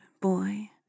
boy